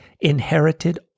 inherited